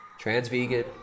trans-vegan